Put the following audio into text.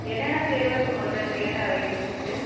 என்னென்ன ஃப்ளேவர்ஸ் உங்கள்ட்ட இருக்குது என்னென்ன வெரைட்டிஸ் இருக்குது